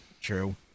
true